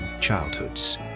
childhoods